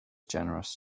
generous